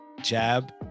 jab